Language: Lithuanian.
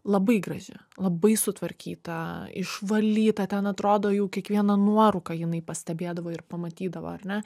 labai graži labai sutvarkyta išvalyta ten atrodo jau kiekvieną nuorūką jinai pastebėdavo ir pamatydavo ar ne